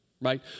right